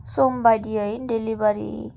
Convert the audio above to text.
सम बायदियै डिलिभारि